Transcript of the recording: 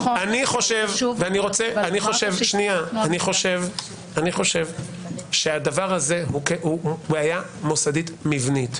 אני חושב שהדבר הזה הוא בעיה מוסדית מיבנית.